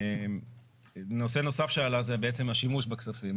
נושא נוסף שעלה, השימוש בכספים.